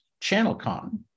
ChannelCon